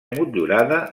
motllurada